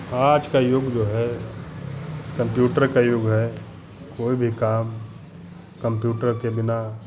आज का युग जो है कम्प्यूटर का युग है कोई भी काम कम्प्यूटर के बिना